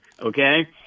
okay